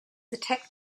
attacked